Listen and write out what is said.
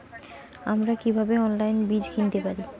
আমরা কীভাবে অনলাইনে বীজ কিনতে পারি?